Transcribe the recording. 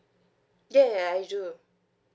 ya ya ya I do